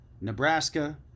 Nebraska